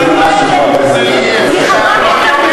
חברת מפלגתך מירי רגב, יושבת-ראש